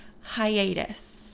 hiatus